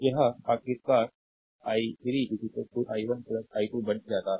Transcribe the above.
slide time देखें 0647 तो यह आखिरकार i3 i1 i2 बन जाता है